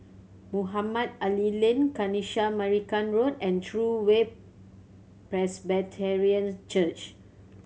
Mohamed Ali Lane Kanisha Marican Road and True Way Presbyterian Church